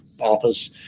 office